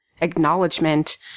acknowledgement